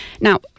Now